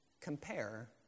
compare